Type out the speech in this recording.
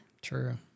True